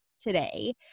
today